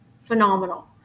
phenomenal